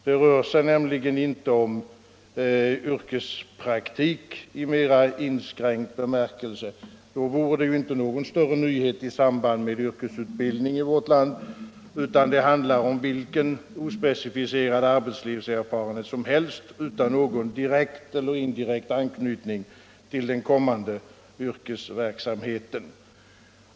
Det rör sig nämligen inte om yrkespraktik i mera inskränkt bemärkelse — då vore det ju inte någon större nyhet i samband med yrkesutbildningen — utan det handlar om vilken ospecificerad arbetslivserfarenhet som helst utan någon direkt eller indirekt anknytning till den kommande yrkesverksamheten.